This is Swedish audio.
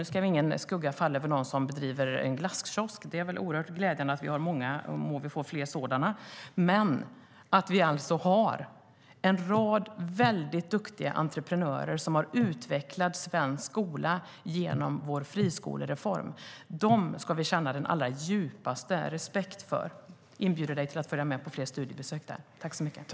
Nu ska ingen skugga falla över någon som driver glasskiosk - det är oerhört glädjande att vi har många sådana, och må vi få fler. Men vi har alltså en rad väldigt duktiga entreprenörer som har utvecklat svensk skola genom vår friskolereform. Dem ska vi känna den allra djupaste respekt för. Jag inbjuder dig till att följa med på fler studiebesök där, Daniel Riazat.